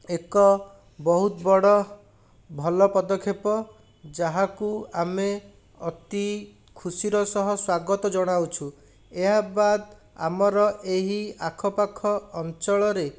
ଏକ ବହୁତ ବଡ଼ ଭଲ ପଦକ୍ଷେପ ଯାହାକୁ ଆମେ ଅତି ଖୁସିର ଶହ ସ୍ଵାଗତ ଜଣାଉଛୁ ଏହା ବାଦ୍ ଆମର ଏହି ଆଖପାଖ ଅଞ୍ଚଳରେ